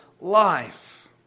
life